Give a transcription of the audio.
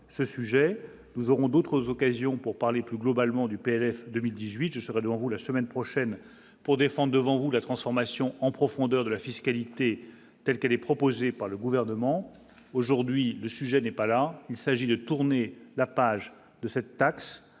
ce sujet, nous aurons d'autres occasions pour parler plus globalement du PLF 2018, je serai devant vous la semaine prochaine pour défend devant vous la transformation en profondeur de la fiscalité, telle qu'elle est proposée par le gouvernement aujourd'hui, le sujet n'est pas là, il s'agit de tourner la page de cette taxe,